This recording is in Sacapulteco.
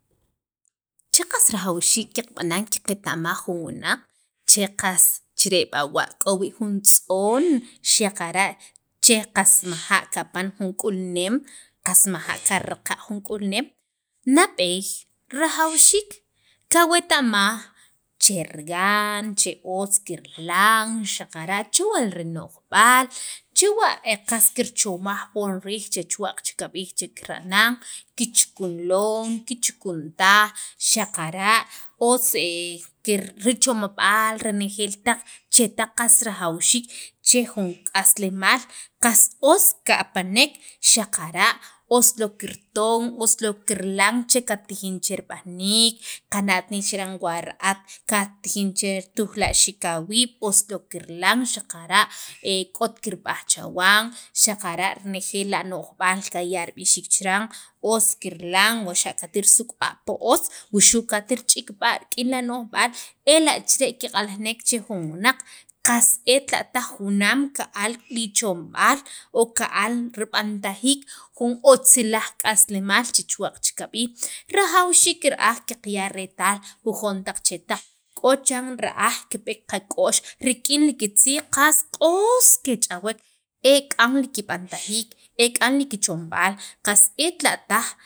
che qas rajawxiik qaqb'anan qaqeta'maj jun wunaq che qs chire' b'awa' k'o wii' jun tz'on xaqara' che maja' kapan jun k'ulneem che maja' kiraqa' jun k'ulneem nab'eey rajawxiik kaweta'maj chergan che otz kirilan xaqara' chewa' rino'jb'aal chewa' qas kirchomaj poon riij che chuwa' che kab'iij kiranan kichukun lon kichukun taj xaqara' otz ker richomob'al renejeel taq chetaq qas rajawxiik che jun k'aslemaal qas otz kapanek xaqara' ost lon kirton ost lon kirilan che kattijin che rib'aniik qana't nichiran wa ra'at kattijin che ritujla'xiik awiib' ost lon kirilan xaqara e k'ot kirb'aj chawan xaqara' renejeel ano'jb'aal qaya' rib'ixiik chiran os kirilan o xa' katrisukb'a' pi otz wuxu' katrich'ikb'a' rik'in ano'jb'al ela' chire kiq'aljinek che jun wunaq qast et la' taj junaam ka'al ichomb'al o ka'al jun otzlaj k'aslemaal chi chuwa'q che kab'iij rajawxiik ra'aj qaya' retaal jujon taq chetaq k'o chiran ra'aj kib'eek qak'o'x rik'in qatziij qas q'os kech'awek e k'an kib'antajiik ek'an kichomb'al qas etla' taj.